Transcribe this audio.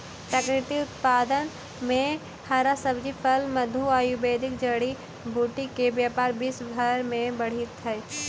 प्राकृतिक उत्पाद में हरा सब्जी, फल, मधु, आयुर्वेदिक जड़ी बूटी के व्यापार विश्व भर में बढ़ित हई